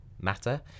matter